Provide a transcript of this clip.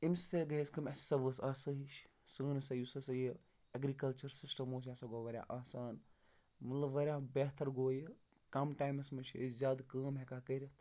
امہِ سۭتۍ ہَسا گٔیے اَسہِ کٲم اَسہِ ہَسا وٲژ آسٲیِش سٲنۍ یُس ہَسا یہِ ایگرِکَلچَر سِسٹَم اوس یہِ ہَسا گوٚو واریاہ آسان مطلب واریاہ بہتر گوٚو یہِ کَم ٹایمَس منٛز چھِ أسۍ زیادٕ کٲم ہٮ۪کان کٔرِتھ